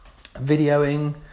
videoing